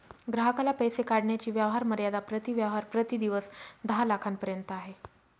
ग्राहकाला पैसे काढण्याची व्यवहार मर्यादा प्रति व्यवहार प्रति दिवस दहा लाखांपर्यंत आहे